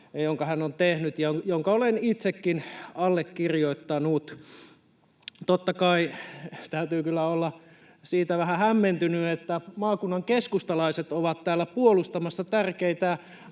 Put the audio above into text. jonka hän on tehnyt ja jonka olen itsekin allekirjoittanut. Totta kai täytyy kyllä olla vähän hämmentynyt siitä, että maakunnan keskustalaiset ovat puolustamassa tärkeitä